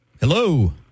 Hello